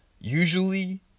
Usually